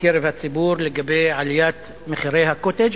בקרב הציבור לגבי עליית מחירי ה"קוטג'",